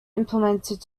implemented